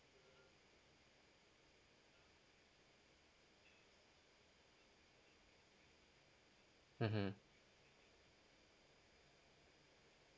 mmhmm